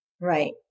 Right